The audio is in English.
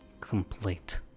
complete